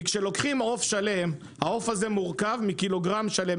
כי כשלוקחים עוף שלם, העוף הזה מורכב מק"ג שלם.